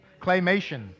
claymation